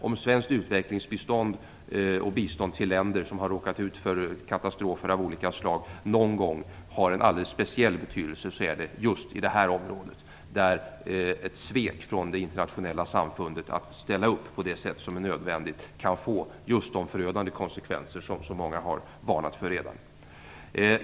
Om svenskt utvecklingsbistånd och bistånd till länder som råkat ut för katastrofer av olika slag någon gång har en alldeles speciell betydelse är det just i detta område. Ett svek från det internationella samfundet att ställa upp på det sätt som är nödvändigt kan få just de förödande konsekvenser som så många redan har varnat för.